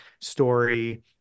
story